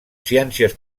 ciències